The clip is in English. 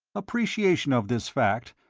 appreciation of this fact,